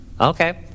Okay